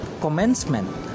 commencement